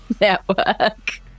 network